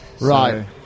Right